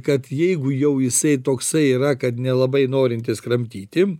kad jeigu jau jisai toksai yra kad nelabai norintis kramtyti